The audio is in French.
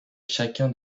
chacun